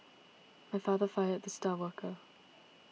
my father fired the star worker